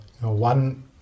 one